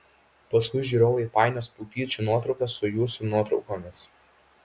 paskui žiūrovai painios pupyčių nuotraukas su jūsų nuotraukomis